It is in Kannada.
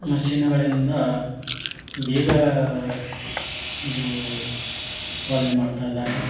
ಮಷಿನುಗಳಿಂದ ಬೇಗ ಇದು ಉತ್ಪಾದನೆ ಮಾಡ್ತಾಯಿದ್ದಾರೆ